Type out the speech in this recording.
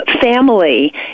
family